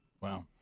Wow